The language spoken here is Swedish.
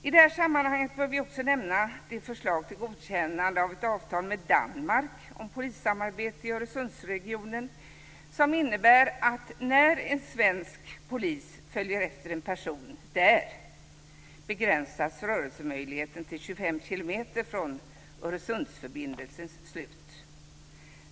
I det här sammanhanget bör vi också nämna det förslag till godkännande av ett avtal med Danmark om polissamarbete i Öresundsregionen som innebär att när en svensk polis följer efter en person i Danmark begränsas rörelsemöjligheten till 25 kilometer från Öresundsförbindelsens slut.